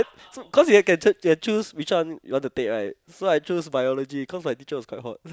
so cause we can choose which one you want to take right so I choose Biology cause my teacher was quite hot